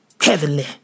Heavenly